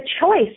choice